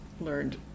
learned